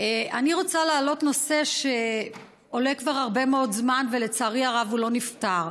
אני רוצה להעלות נושא שעולה כבר הרבה מאוד זמן ולצערי הרב הוא לא נפתר.